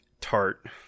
tart